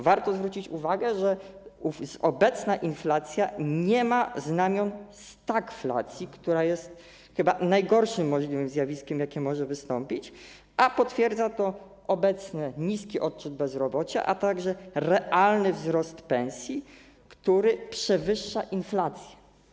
Warto zwrócić uwagę, że obecna inflacja nie ma znamion stagflacji, która jest chyba najgorszym możliwym zjawiskiem, jakie może wystąpić, a potwierdza to obecny niski odczyt dotyczący wskaźnika bezrobocia, a także realny wzrost pensji, który przewyższa inflację.